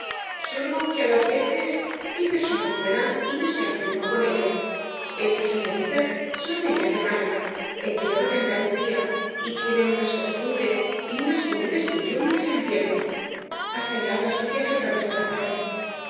sólo que á las veces hay personas buenas y no se hace uno con ellas esas señoritas son de allá de málaga en tierra de andalucía y tienen unas costumbres y unas comidas que yo no las entiendo hasta el habla suya es atravesada para mí